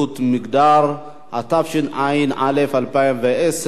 התשע"א 2010, לא התקבלה.